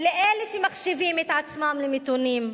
ולאלה שמחשיבים את עצמם למתונים,